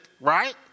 right